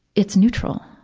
it's neutral.